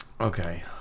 Okay